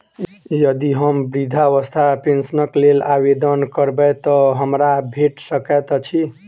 यदि हम वृद्धावस्था पेंशनक लेल आवेदन करबै तऽ हमरा भेट सकैत अछि?